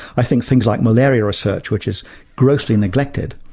i think things like malaria research which is grossly neglected,